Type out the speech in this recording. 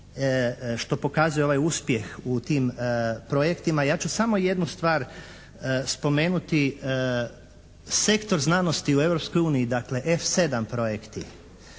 što pokazuje ovaj uspjeh u tim projektima. Ja ću samo jednu stvar spomenuti. Sektor znanosti u Europskoj uniji, dakle F7 projekti